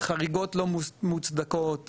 חריגות לא מוצדקות,